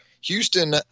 Houston